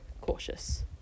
cautious